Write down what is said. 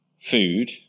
food